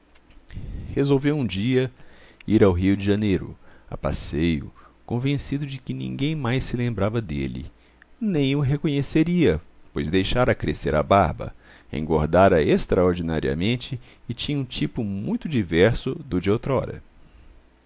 resolveu um dia ir ao rio de janeiro a passeio convencido de que ninguém mais se lembrava dele nem o reconheceria pois deixara crescer a barba engordara extraordinariamente e tinha um tipo muito diverso do de outrora